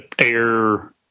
air